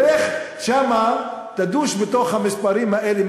לך תדוש שם בתוך המספרים האלה,